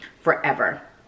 forever